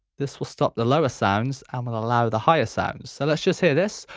this will stop the lower sounds and will allow the higher sounds. so let's just hear this.